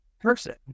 person